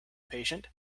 patient